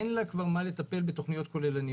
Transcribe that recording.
לוועדה המיוחדת כבר אין מה לטפל בתכניות כוללניות.